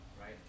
right